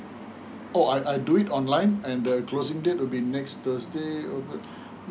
or I I do it online and the closing date will be next thursday